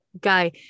guy